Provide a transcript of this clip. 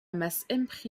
masse